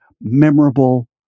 memorable